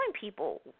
people